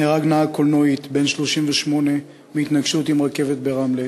נהרג נהג קלנועית בן 38 בהתנגשות עם רכבת ברמלה,